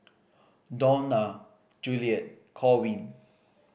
Dawna Juliet Corwin